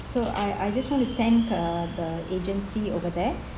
so I I just want to thank uh the agency over there